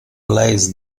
lies